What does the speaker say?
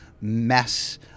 mess